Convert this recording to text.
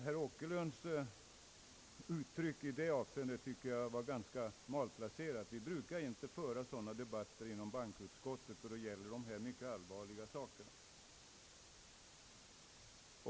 Herr Åkerlunds uttryck i detta avseende var ganska malplacerat. Vi brukar inte föra sådana debatter inom bankoutskottet då det gäller dessa mycket allvarliga saker.